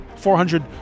400